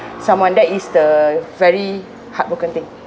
someone that is the very heartbroken thing